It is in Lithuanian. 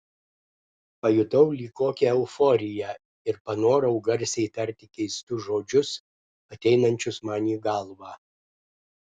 pajutau lyg kokią euforiją ir panorau garsiai tarti keistus žodžius ateinančius man į galvą